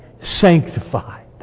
sanctified